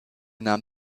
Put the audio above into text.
nahm